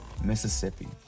Mississippi